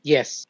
Yes